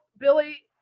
Billy